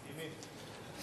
מסכימים.